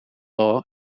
law